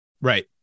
Right